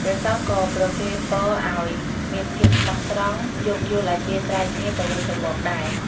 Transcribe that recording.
ព្រះសង្ឃក៏ប្រគេនពរឲ្យមានភាពស្មោះត្រង់ យោគយល់អធ្យាស្រ័យគ្នាទៅវិញទៅមកដែរ។